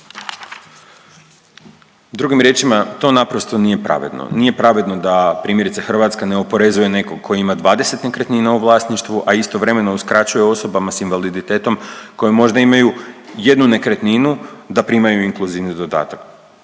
drugim riječima, to naprosto nije pravedno. Nije pravedno da primjerice Hrvatska ne oporezuje nekog ko ima 20 nekretnina u vlasništvu, a istovremeno uskraćuje osobama s invaliditetom koje možda imaju jednu nekretninu da primaju inkluzivni dodatak.